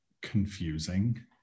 confusing